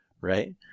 right